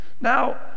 Now